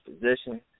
position